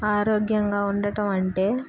ఆరోగ్యంగా ఉండటం అంటే